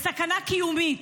בסכנה קיומית,